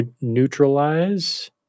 neutralize